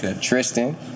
Tristan